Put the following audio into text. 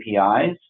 APIs